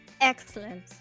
Excellent